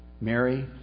Mary